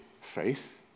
faith